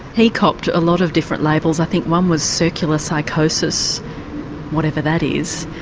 he copped a lot of different labels, i think one was circular psychosis whatever that is,